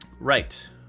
Right